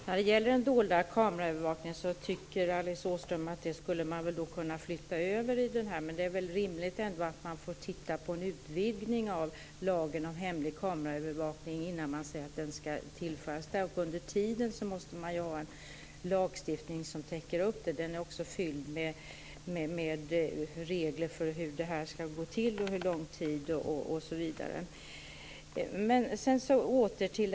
Herr talman! Alice Åström tycker att man skulle kunna flytta över den dolda kameraövervakningen, men det är väl ändå rimligt att man får titta närmare på en utvidgning av lagen om hemlig kameraövervakning innan man säger att detta skall tillföras. Under tiden måste man ju ha en lagstiftning som täcker detta. Lagstiftningen är också fylld med regler för hur det här skall gå till, hur lång tid det får användas osv.